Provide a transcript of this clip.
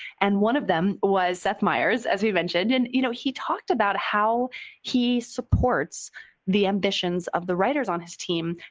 and one of them was seth meyers, as we mentioned, and you know he talked about how he supports the ambitions of the writers on his team,